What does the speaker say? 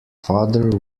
father